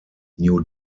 new